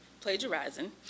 plagiarizing